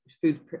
food